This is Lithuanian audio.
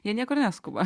jie niekur neskuba